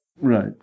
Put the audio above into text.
Right